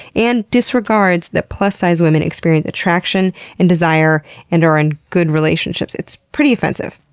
and disregards that plus-size women experience attraction and desire and are in good relationships. it's pretty offensive.